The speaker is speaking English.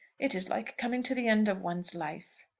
it is like coming to the end of one's life.